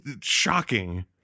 shocking